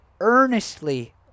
earnestly